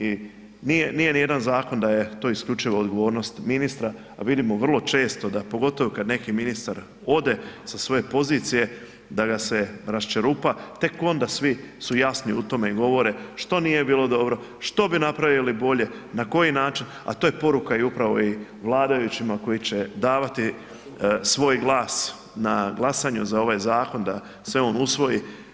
I nije ni jedan zakon da je to isključivo odgovornost ministra, a vidimo vrlo često da pogotovo kad neki ministar ode sa svoje pozicije da ga se raščerupa tek onda svi su jasni u tome i govore što nije bilo dobro, što bi napravili bolje, na koji način, a to je poruka i upravo i vladajućima koji će davati svoj glas na glasanju za ovaj zakon da se on usvoji.